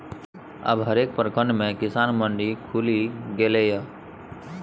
अब हरेक प्रखंड मे किसान मंडी खुलि गेलै ये